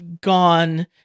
gone